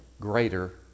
greater